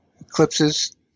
eclipses